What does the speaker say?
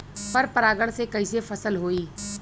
पर परागण से कईसे फसल होई?